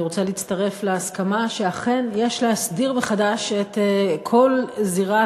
אני רוצה להצטרף להסכמה שאכן יש להסדיר מחדש את כל זירת,